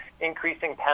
increasing